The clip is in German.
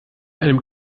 einem